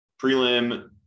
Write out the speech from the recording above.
Prelim